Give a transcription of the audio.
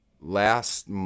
last